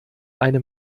eine